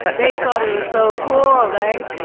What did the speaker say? they thought it was so cool. right.